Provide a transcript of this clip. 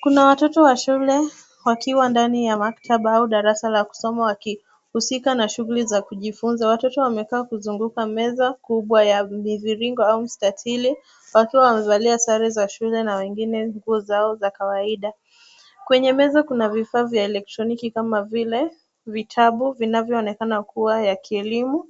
Kuna watoto wa shule wakiwa ndani ya maktaba au darasa la kusoma wakihusika na shughuli za kujifunza. Watoto wamekaa kuzunguka meza kubwa ya mviringo au mstatili wakiwa wamevalia sare za shule na wengine nguo zao za kawaida. Kwenye meza kuna vifaa vya elektroniki kama vile vitabu vinavyoonekana kuwa ya kielimu.